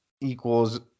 equals